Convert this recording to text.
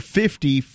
fifty